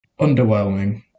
Underwhelming